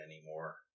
anymore